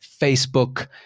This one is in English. Facebook